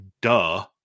duh